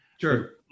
Sure